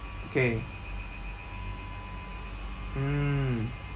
okay mm